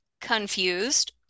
confused